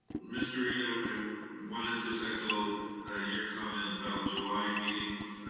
mr. reid, ah i um wanna just echo ah your comment about july meetings.